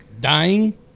Dying